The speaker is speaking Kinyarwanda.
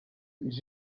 jules